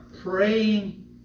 praying